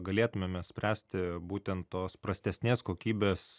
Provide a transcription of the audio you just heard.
galėtumėme spręsti būtent tos prastesnės kokybės